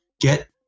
get